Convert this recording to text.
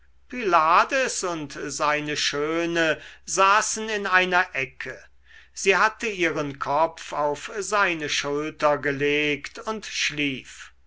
pylades und seine schöne saßen in einer ecke sie hatte ihren kopf auf seine schulter gelegt und schlief